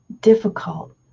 difficult